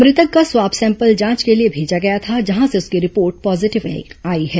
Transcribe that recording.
मृतक का swab sample जांच के लिए भेजा गया था जहां से उसकी रिपोर्ट पॉजीटिव आई है